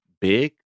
big